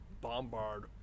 Bombard